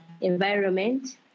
environment